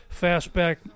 fastback